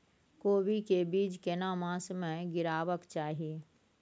कोबी के बीज केना मास में गीरावक चाही?